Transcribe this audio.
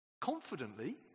confidently